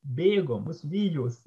bėgom mus vijosi